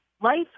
life